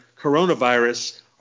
coronavirus